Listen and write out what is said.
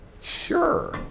sure